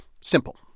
simple